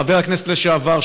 חבר הכנסת לשעבר,